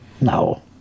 No